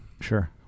Sure